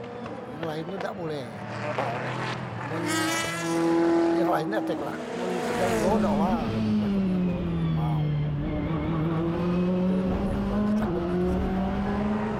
Yang laen tu dak pule nah mun yang laen tu dak tek lah men sekedar ulo tu dak olah kami tu takut dengan ulo tu, himau nah itu yang paling ditakot di doson.